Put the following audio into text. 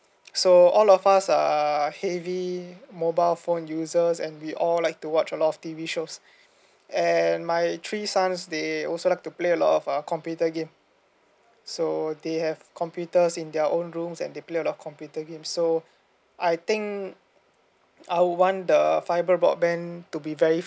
so all of us are heavy mobile phone users and we all like to watch a lot of T_V shows and my three sons they also like to play a lot of uh computer game so they have computer in their own rooms and they play a lot of computer game so I think I would want the fiber broadband to be very